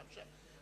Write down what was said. פעם שם,